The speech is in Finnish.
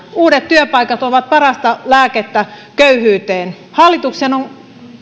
uudet työpaikat ovat parasta lääkettä köyhyyteen hallituksen on